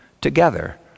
together